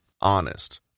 Honest